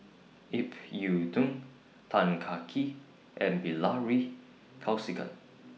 Ip Yiu Tung Tan Kah Kee and Bilahari Kausikan